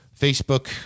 Facebook